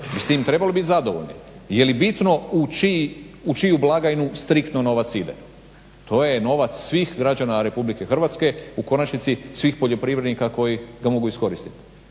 bi s tim trebali biti zadovoljni. Je li bitno u čiju blagajnu striktno novac ide? To je novac svih građana Republike Hrvatske, u konačnici svih poljoprivrednika koji ga mogu iskoristiti.